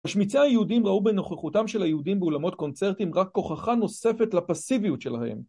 משמיצי היהודים ראו בנוכחותם של היהודים באולמות קונצרטים רק כהוכחה נוספת לפסיביות שלהם